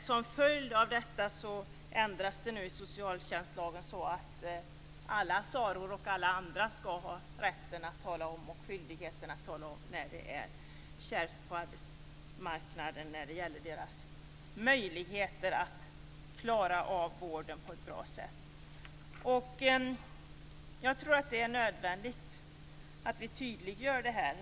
Som följd av detta ändras nu socialtjänstlagen så, att alla hennes kolleger skall ha rätten och skyldigheten att redovisa sina möjligheter att klara vården på ett bra sätt. Det är nödvändigt att vi tydliggör det här.